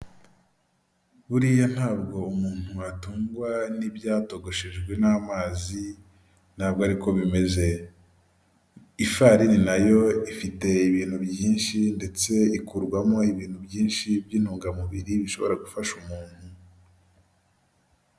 Buriya ntabwo umuntu atungwa n'ibyatogoshejwe n'amazi, ntabwo ariko ko bimeze. Ifarini na yo ifite ibintu byinshi ndetse ikurwamo ibintu byinshi by'intungamubiri bishobora gufasha umuntu.